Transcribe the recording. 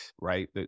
Right